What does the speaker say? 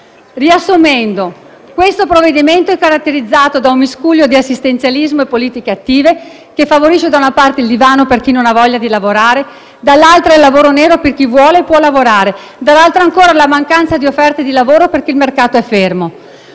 Riassumendo, il provvedimento in esame è caratterizzato da un miscuglio di assistenzialismo e politiche attive che favorisce - da una parte - il divano per chi non ha voglia di lavorare e - dall'altra - il lavoro nero per chi vuole e può lavorare e - dall'altra ancora - la mancanza di offerte di lavoro perché il mercato è fermo.